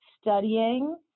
studying